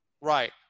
right